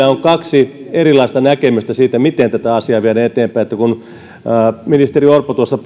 on kaksi erilaista näkemystä siitä miten tätä asiaa viedään eteenpäin kun ministeri orpo tuossa